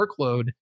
workload